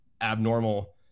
abnormal